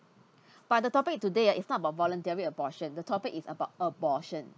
but the topic today ah it's not about voluntary abortion the topic is about abortion